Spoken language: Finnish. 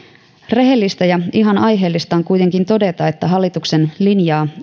rehellistä ja ihan aiheellista on kuitenkin todeta että hallituksen linjaa